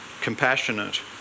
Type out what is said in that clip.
compassionate